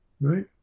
right